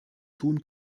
tun